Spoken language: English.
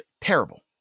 terrible